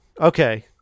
Okay